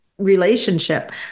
relationship